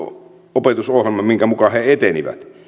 opetusohjelma minkä mukaan he etenivät